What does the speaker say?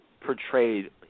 portrayed